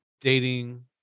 dating